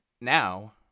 Now